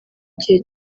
gihe